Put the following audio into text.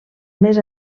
més